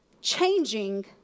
changing